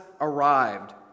arrived